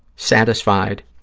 satisfied,